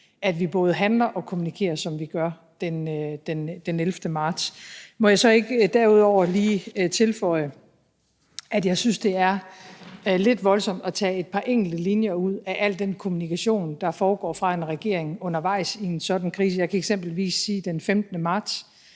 at vi både handler og kommunikerer, som vi gør, den 11. marts. Må jeg så ikke derudover lige tilføje, at jeg synes, det er lidt voldsomt at tage et par enkelte linjer ud af al den kommunikation, der foregår fra en regering undervejs i sådan en krise. Jeg kan eksempelvis sige, at jeg den 15. marts